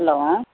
hello